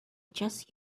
just